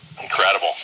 incredible